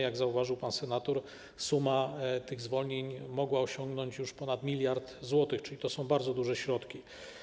Jak zauważył pan senator, suma tych zwolnień mogła osiągnąć już ponad 1 mld zł, czyli to są bardzo duże środki.